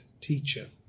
teacher